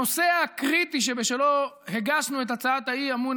הנושא הקריטי שבשלו הגשנו את הצעת האי-אמון